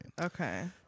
Okay